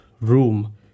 room